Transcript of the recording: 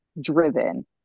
driven